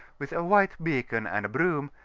with a white beacon and broom,